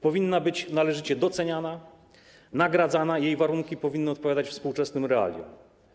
Powinna być należycie doceniania, nagradzana, jej warunki powinny odpowiadać współczesnym realiom.